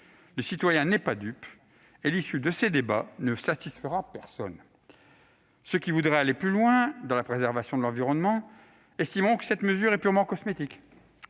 Le citoyen n'est pas dupe, et l'issue de ces débats ne satisfera personne. Ceux qui voudraient aller plus loin dans la préservation de l'environnement estimeront que cette mesure est purement cosmétique.